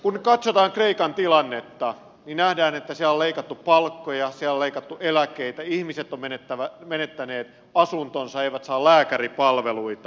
kun katsotaan kreikan tilannetta nähdään että siellä on leikattu palkkoja siellä on leikattu eläkkeitä ihmiset ovat menettäneet asuntonsa he eivät saa lääkäripalveluita